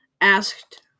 asked